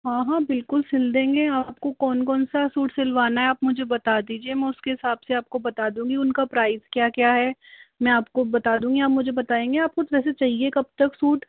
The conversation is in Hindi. हाँ हाँ बिल्कुल सील देंगे आपको कौन कौन सा सूट सिलवाना है आप मुझे बता दीजिए मैं उसके हिसाब से आपको बता दूँगी उनका प्राइस क्या क्या है मैं आपको बता दूँगी आप मुझे बताएंगे आपको वैसे चाहिए कब तक सूट